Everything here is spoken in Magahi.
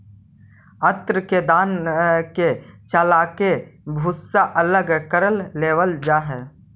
अन्न के दान के चालके भूसा अलग कर लेवल जा हइ